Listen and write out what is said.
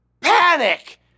Panic